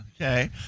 Okay